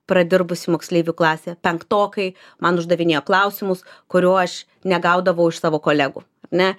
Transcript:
pradirbusi moksleivių klasėje penktokai man uždavinėjo klausimus kurių aš negaudavau iš savo kolegų ar ne